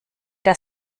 der